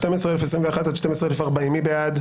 12,001 עד 12,020, מי בעד?